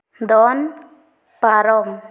ᱫᱚᱱ ᱯᱟᱨᱚᱢ